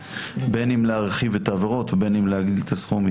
בין אם להרחיב את העבירות ובין אם להגדיל את הסכום,